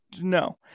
No